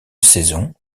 saison